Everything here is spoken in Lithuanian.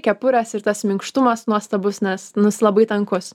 kepurės ir tas minkštumas nuostabus nes nu jis labai tankus